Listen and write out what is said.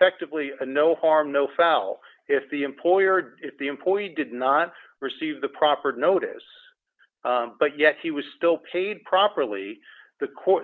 affectively no harm no foul if the employer if the employee did not receive the proper notice but yet he was still paid properly the